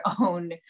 own